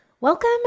Welcome